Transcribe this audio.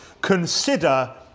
Consider